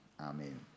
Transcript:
amen